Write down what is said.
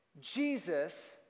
Jesus